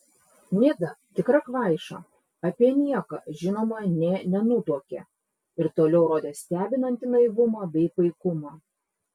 nida tikra kvaiša apie nieką žinoma nė nenutuokė ir toliau rodė stebinantį naivumą bei paikumą